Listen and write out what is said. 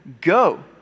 go